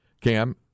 Cam